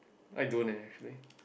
I don't eh actually